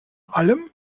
allem